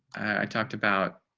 i talked about